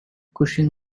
cushing